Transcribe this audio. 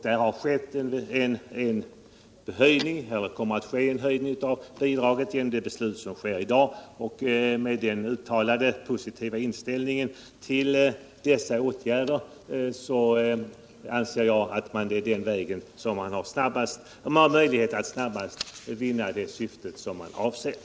Det kommer också att ske en höjning av bidragen genom det beslut som fattas i dag. Det finns en uttalat positiv inställning till dessa åtgärder, och jag anser att vi bidragsvägen har möjlighet att snabbast vinna de syften vi avsett.